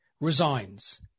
resigns